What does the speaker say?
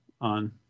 on